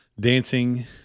dancing